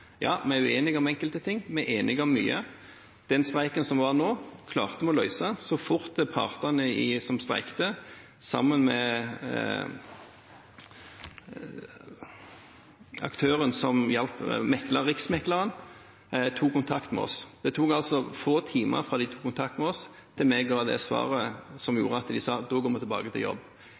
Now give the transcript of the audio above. Vi er uenige om enkelte ting, men vi er enige om mye. Den streiken som var nå, klarte vi å løse så fort partene som streiket, og riksmekleren tok kontakt med oss. Det tok få timer fra de tok kontakt med oss, til vi ga det svaret som gjorde at de sa: Da går vi tilbake til jobb.